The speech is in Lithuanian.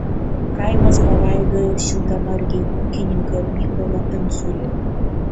kaimas palaidojo šimtamargį ūkininką mykolą andziulį